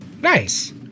Nice